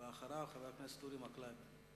אחריו, חבר הכנסת אורי מקלב.